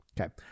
Okay